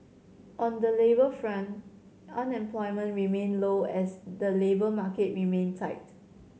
on the labour front unemployment remained low as the labour market remained tight